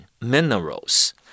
minerals